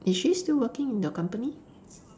is she still working in your company